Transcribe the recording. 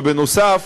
ונוסף